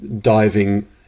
Diving